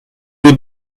des